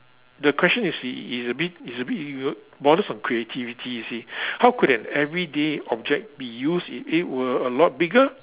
the question you see is a bit is a bit it borders on creativity you see how could an everyday object be used if it were a lot bigger